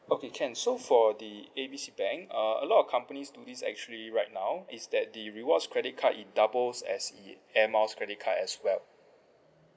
okay can so for the A B C bank uh a lot companies do this actually right now is that the rewards credit card it doubles as it Air Miles credit card as well